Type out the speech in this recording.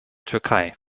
türkei